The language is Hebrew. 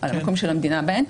על המקום של המדינה בהן.